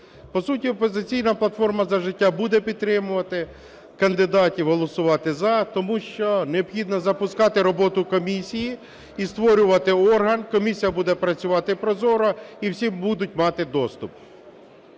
По суті, "Опозиційна платформа – За життя" буде підтримувати кандидатів, голосувати "за", тому що необхідно запускати роботу комісії і створювати орган. Комісія буде працювати прозоро і всі будуть мати доступ.